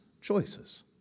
choices